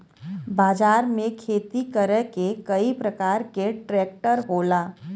बाजार में खेती करे के कई परकार के ट्रेक्टर होला